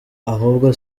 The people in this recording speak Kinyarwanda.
ahubwo